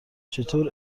چطور